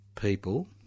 people